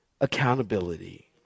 accountability